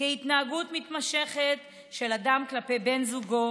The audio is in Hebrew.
כהתנהגות מתמשכת של אדם כלפי בן זוגו